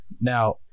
Now